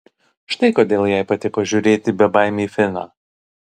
štai kodėl jai patiko žiūrėti bebaimį finą